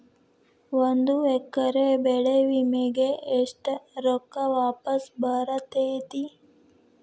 ಒಂದು ಎಕರೆ ಬೆಳೆ ವಿಮೆಗೆ ಎಷ್ಟ ರೊಕ್ಕ ವಾಪಸ್ ಬರತೇತಿ?